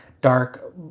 dark